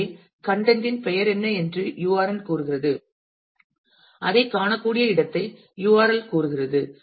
எனவே கன்டென்ட் இன் பெயர் என்ன என்று யுஆர்என் கூறுகிறது அதைக் காணக்கூடிய இடத்தை யுஆர்எல் கூறுகிறது